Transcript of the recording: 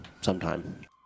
sometime